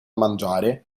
mangiare